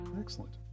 excellent